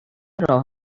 راه